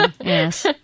Yes